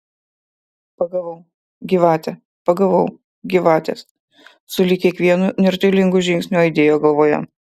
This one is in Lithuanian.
pagavau gyvate pagavau gyvatės sulig kiekvienu nirtulingu žingsniu aidėjo galvoje